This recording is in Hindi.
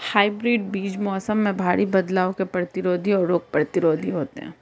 हाइब्रिड बीज मौसम में भारी बदलाव के प्रतिरोधी और रोग प्रतिरोधी होते हैं